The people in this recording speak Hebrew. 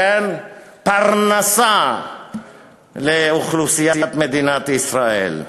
פרנסה לאוכלוסיית מדינת ישראל.